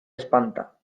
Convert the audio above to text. espanta